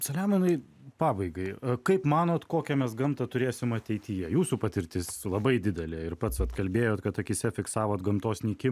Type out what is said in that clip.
selemonai pabaigai kaip manot kokią mes gamtą turėsim ateityje jūsų patirtis labai didelė ir pats kalbėjot kad akyse fiksavot gamtos nykimą